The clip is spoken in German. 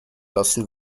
lassen